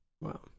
Wow